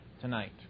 tonight